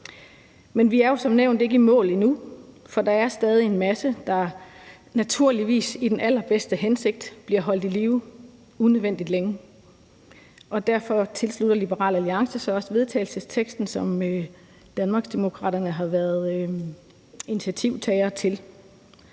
Men vi er jo som nævnt ikke i mål endnu, for der er stadig en masse, der, naturligvis i den allerbedste hensigt, bliver holdt i live unødvendigt længe. Derfor tilslutter Liberal Alliance sig også vedtagelsesteksten, som Danmarksdemokraterne har været initiativtagere til.